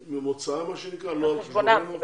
שם למדו ולא ל חשבוננו.